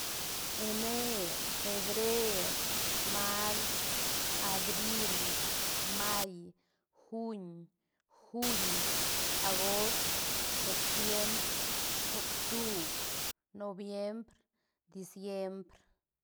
Ener, febrer, mars, abril, may, juin, juil, agost, septiembr, octubr, noviembr, diciembr.